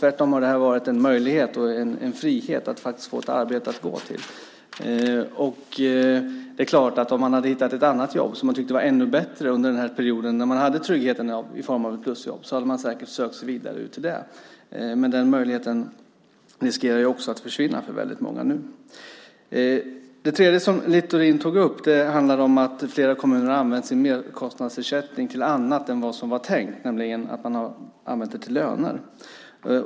Tvärtom har det här varit en möjlighet, och en frihet, att faktiskt få ett arbete att gå till. Det är klart att om man hade hittat ett annat jobb som man tyckte var ännu bättre under den här perioden, när man hade tryggheten i form av ett plusjobb, hade man säkert sökt sig vidare till det. Men den möjligheten riskerar ju också nu att försvinna för väldigt många. Det tredje som Littorin tog upp handlar om att flera kommuner har använt sin merkostnadsersättning till annat än vad som var tänkt. Man har nämligen använt den till löner.